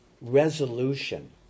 resolution